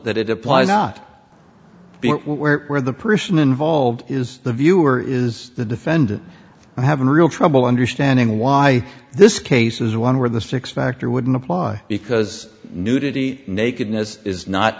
that it applies not where where the person involved is the viewer is the defendant having real trouble understanding why this case is one where the six factor wouldn't apply because nudity nakedness is not